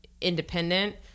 independent